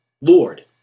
Lord